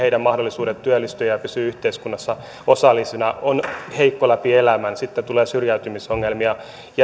mahdollisuutensa työllistyä ja pysyä yhteiskunnassa osallisena ovat heikot läpi elämän ja sitten tulee syrjäytymisongelmia